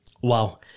Wow